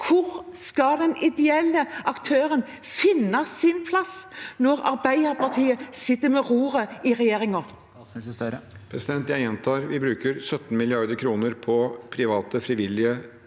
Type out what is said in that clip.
Hvor skal den ideelle aktøren finne sin plass når Arbeiderpartiet sitter ved roret i regjeringen?